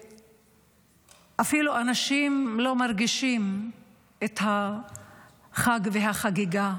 והאנשים אפילו לא מרגישים את החג והחגיגה,